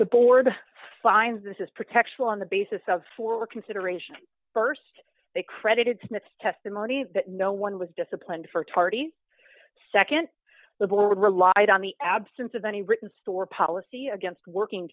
the board finds this is protection on the basis of for consideration st they credited smith's testimony that no one was disciplined for tardy nd the board relied on the absence of any written store policy against working